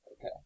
Okay